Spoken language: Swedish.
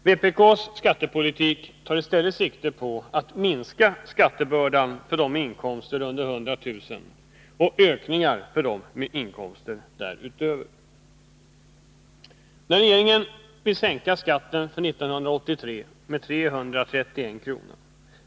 Vpk:s skattepolitik tar i stället sikte på en minskning av skattebördan för personer med inkomster under 100 000 kr. och ökningar för dem som har inkomster däröver. När regeringen vill sänka skatten för 1983 med 331 kr.